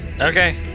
okay